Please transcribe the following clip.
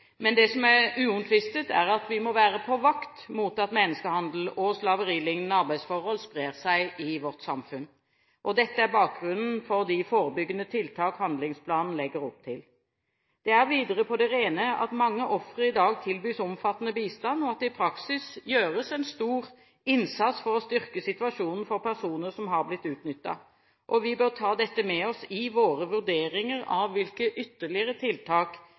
vårt samfunn. Dette er bakgrunnen for de forebyggende tiltak handlingsplanen legger opp til. Det er videre på det rene at mange ofre i dag tilbys omfattende bistand, og at det i praksis gjøres en stor innsats for å styrke situasjonen for personer som har blitt utnyttet. Vi bør ta dette med oss i våre vurderinger av hvilke ytterligere tiltak